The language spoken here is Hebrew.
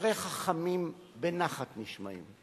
שדברי חכמים בנחת נשמעים.